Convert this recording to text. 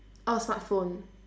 oh smartphone